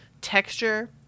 texture